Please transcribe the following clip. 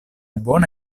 bona